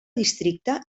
districte